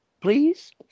please